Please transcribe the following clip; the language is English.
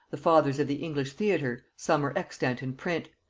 the fathers of the english theatre, some are extant in print,